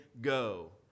go